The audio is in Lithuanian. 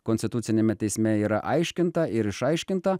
konstituciniame teisme yra aiškinta ir išaiškinta